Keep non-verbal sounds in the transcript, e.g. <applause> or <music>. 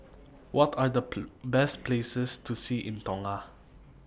What Are The <noise> Best Places to See in Tonga